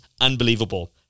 Unbelievable